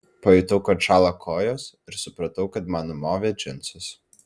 pajutau kad šąla kojos ir supratau kad man numovė džinsus